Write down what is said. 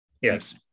Yes